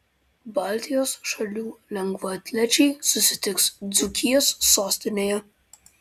baltijos šalių lengvaatlečiai susitiks dzūkijos sostinėje